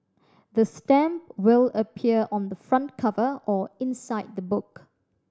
the stamp will appear on the front cover or inside the book